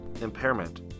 impairment